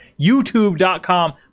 YouTube.com